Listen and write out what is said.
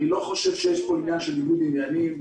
אני לא חושב שיש פה ניגוד עניינים.